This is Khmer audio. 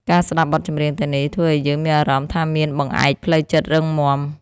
ការស្ដាប់បទចម្រៀងទាំងនេះ ធ្វើឱ្យយើងមានអារម្មណ៍ថាមានបង្អែកផ្លូវចិត្តរឹងមាំ។